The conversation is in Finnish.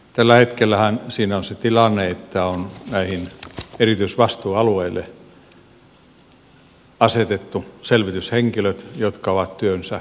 tällä hetkellähän siinä on se tilanne että on näille erityisvastuualueille asetettu selvityshenkilöt jotka ovat työnsä aloittaneet